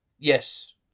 Yes